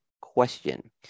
question